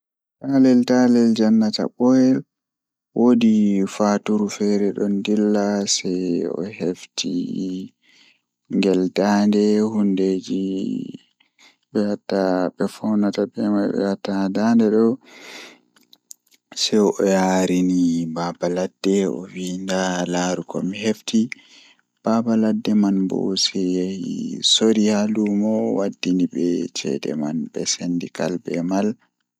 Taalel taalel jannata booyel, Woodi debbo feere ni odon nanga liddi o wala ceede konde o yahan o nanga liddi o yaara luumo o sora ndende feere odon nanga liddi sei o hefti fandu feere be patakewol haa nder man nde o hoosi o fisti o laara patakewol man don windi woodi hawrire feere oyaha o irta woodi ceede haa nder man o hoosa.